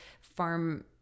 farm